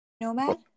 nomad